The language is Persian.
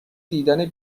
دیدن